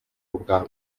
ubwa